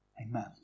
Amen